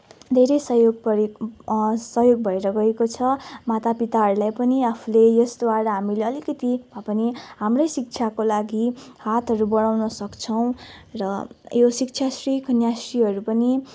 धेरै सहयोग प सहयोग भएर गएको छ माता पिताहरूलाई पनि आफूले यसद्वारा हामीले अलिकति भए पनि हाम्रै शिक्षाको लागि हातहरू बढाउन सक्छौँ र यो शिक्षाश्री कन्याश्रीहरू पनि